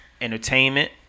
entertainment